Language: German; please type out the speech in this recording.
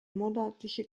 monatliche